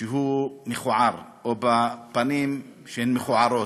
שהוא מכוער או בפנים שהן מכוערות?